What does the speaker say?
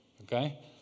Okay